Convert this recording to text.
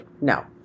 No